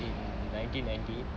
in nineteen ninety